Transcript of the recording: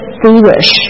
foolish